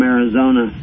Arizona